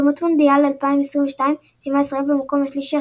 במוקדמות מונדיאל 2022 סיימה ישראל במקום השלישי,